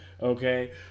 Okay